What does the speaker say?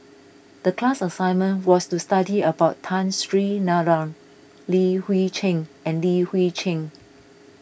the class assignment was to study about Tun Sri Lanang Li Hui Cheng and Li Hui Cheng